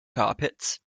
carpets